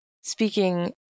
speaking